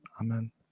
Amen